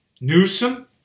Newsom